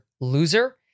loser